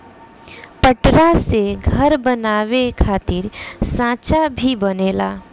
पटरा से घर बनावे खातिर सांचा भी बनेला